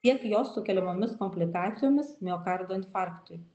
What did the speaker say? tiek jos sukeliamomis komplikacijomis miokardo infarktui